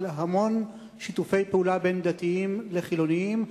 של המון שיתופי פעולה בין דתיים לחילונים.